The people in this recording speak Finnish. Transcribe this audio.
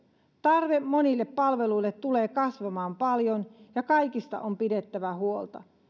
tarve monille palveluille tulee kasvamaan paljon ja kaikista on pidettävä huolta